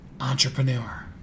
entrepreneur